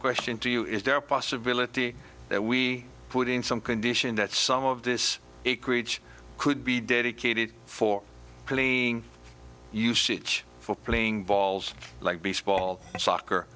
question to you is there a possibility that we put in some condition that some of this acreage could be dedicated for cleaning usage for playing balls like baseball and soccer